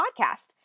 podcast